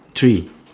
tree